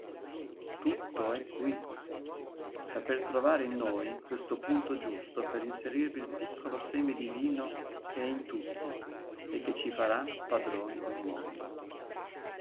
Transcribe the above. tutto è qui saper trovare in noi questo punto giusto per inserirvi il piccolo seme divino che è in tutti e che ci farà padroni d'un mondo